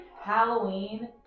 Halloween